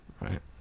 right